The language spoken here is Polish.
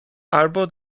albo